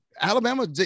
Alabama